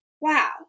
wow